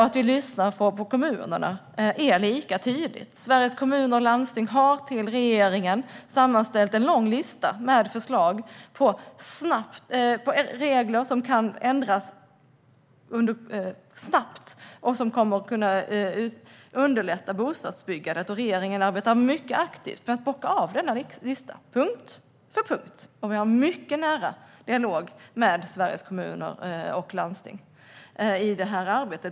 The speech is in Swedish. Att vi lyssnar på kommunerna är lika tydligt. Sveriges Kommuner och Landsting har till regeringen sammanställt en lång lista med förslag på regler som kan ändras snabbt, vilket kommer att underlätta bostadsbyggandet. Regeringen arbetar mycket aktivt med att punkt för punkt och i nära dialog med Sveriges Kommuner och Landsting bocka av denna lista.